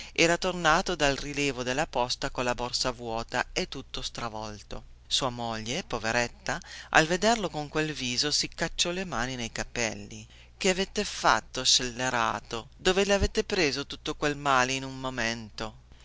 era tornato dal rilievo della posta colla borsa vuota e tutto stravolto sua moglie poveretta al vederlo con quel viso si cacciò le mani nei capelli che avete fatto scellerato dove lavete preso tutto quel male in un momento